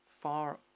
far